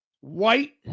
white